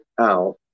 out